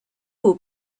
will